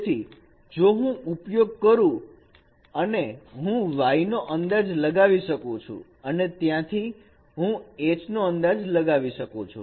તેથી જો હું ઉપયોગ કરું છું અને હું y નો અંદાજ લગાવી શકું છું અને ત્યાંથી હું H નો અંદાજ લગાવી શકું છું